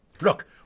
Look